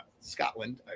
Scotland